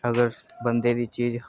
अगर बंदे दी चीज